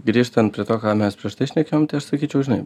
grįžtant prie to ką mes prieš tai šnekėjom tai aš sakyčiau žinai